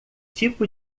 tipo